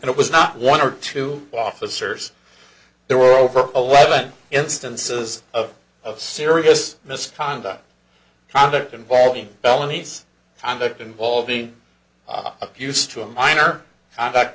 it was not one or two officers there were over eleven instances of of serious misconduct conduct involving felonies conduct involving accused to a minor con